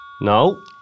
No